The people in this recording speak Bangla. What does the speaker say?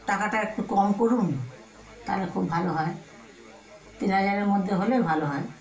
টাকাটা একটু কম করুন তাহলে খুব ভালো হয় তিন হাজারের মধ্যে হলে ভালো হয়